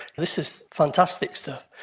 this is fantastic stuff.